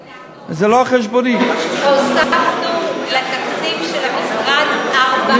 אנחנו הוספנו לתקציב של המשרד 4 מיליארד,